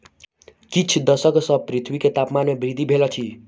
किछ दशक सॅ पृथ्वी के तापमान में वृद्धि भेल अछि